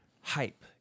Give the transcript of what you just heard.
hype